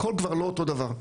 הכול כבר לא אותו דבר.